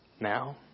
now